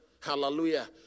Hallelujah